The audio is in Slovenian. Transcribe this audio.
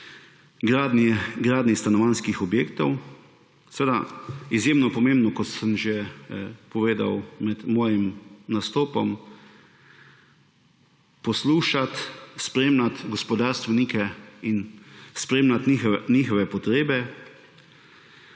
gradnji stanovanjskih objektov. Seveda je izjemno pomembno, kot sem že povedal med svojim nastopom, poslušati, spremljati gospodarstvenike in spremljati njihove potrebe.